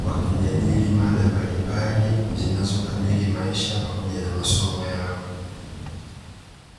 wakijadili mada mbalimbali zinazokabili maisha pamoja na masomo yao.